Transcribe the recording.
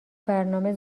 برنامه